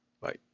Bye